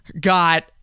got